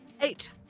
Eight